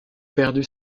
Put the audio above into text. perdu